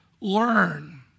learn